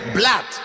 blood